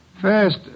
First